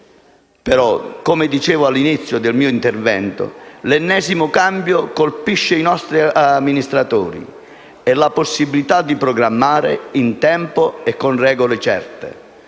però, come dicevo all'inizio del mio intervento, l'ennesimo cambiamento del quadro normativo colpisce i nostri amministratori e la possibilità di programmare in tempo e con regole certe.